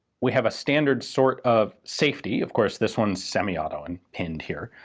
we have a standard sort of safety. of course, this one's semi-auto and pinned here,